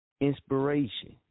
Inspiration